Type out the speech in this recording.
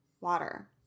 water